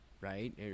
right